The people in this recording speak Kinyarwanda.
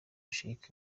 sheik